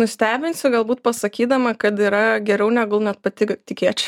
nustebinsiu galbūt pasakydama kad yra geriau negul net pati tikėčiaus